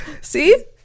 See